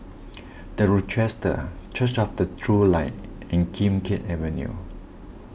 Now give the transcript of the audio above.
the Rochester Church of the True Light and Kim Keat Avenue